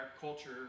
culture